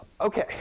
Okay